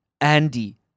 Andy